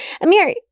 Amir